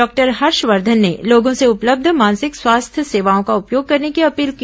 doctor Harshvardhan ने लोगों से उपलब्ध मानसिक स्वास्थ्य सेवाओं का उपयोग करने की अपील की